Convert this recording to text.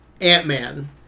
ant-man